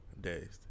Dazed